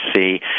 see